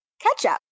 ketchup